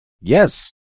Yes